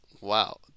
Wow